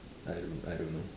I don't know I don't know